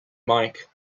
mike